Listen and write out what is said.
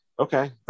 Okay